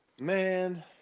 Man